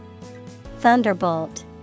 thunderbolt